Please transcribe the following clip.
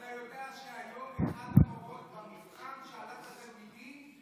אתה ידוע שהיום אחת המורות במבחן שאלה את התלמידים: